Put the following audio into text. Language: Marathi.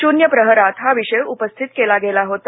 शून्य प्रहरात हा विषय उपस्थित केला गेला होता